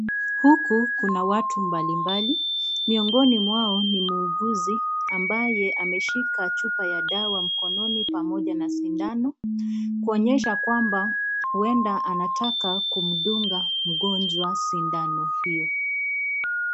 Huku kuna watu mbali mbali, miongoni mwao ni muuguzi ambaye ameshika chupa ya dawa mkononi pamoja na sindano, kuonyesha huenda anataka kumdunga mgonjwa sindano hiyo.